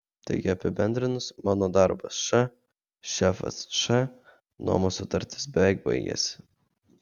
taigi apibendrinus mano darbas š šefas š nuomos sutartis beveik baigiasi